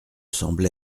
semble